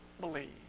believe